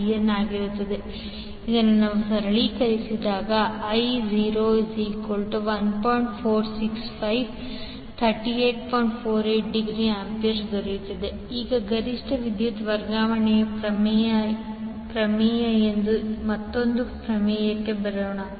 48A ಈಗ ಗರಿಷ್ಠ ವಿದ್ಯುತ್ ವರ್ಗಾವಣೆ ಪ್ರಮೇಯ ಎಂಬ ಮತ್ತೊಂದು ಪ್ರಮೇಯಕ್ಕೆ ಬರೋಣ